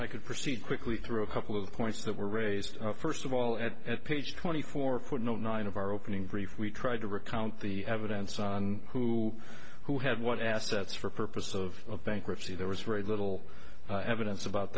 i could proceed quickly through a couple of points that were raised first of all at page twenty four footnote nine of our opening brief we tried to recount the evidence on who who had what assets for purposes of bankruptcy there was very little evidence about